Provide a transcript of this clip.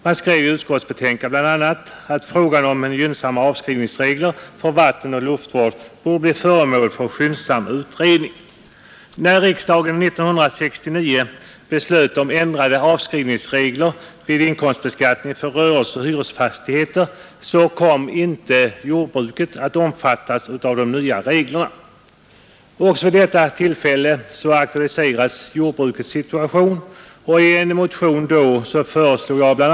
Det skrevs i betänkande bl.a. att frågan om gynnsamma avskrivningsregler för vattenoch luftvård borde bli föremål för skyndsam utredning. När riksdagen 1969 beslutade om ändrade avskrivningsregler vid inkomstbeskattningen för rörelser och hyresfastigheter kom inte jordbruket att omfattas av de nya reglerna. Också vid detta tillfälle aktualiserades jordbrukets situation, och i en motion föreslog jag bla.